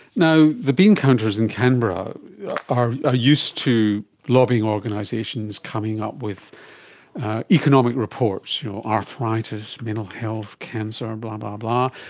now, the bean counters in canberra are ah used to lobby organisations coming up with economic reports, you know arthritis, mental health, cancer, um blah, blah, blah,